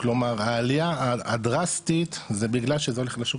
כלומר העלייה הדרסטית זה בגלל שזה הולך לשוק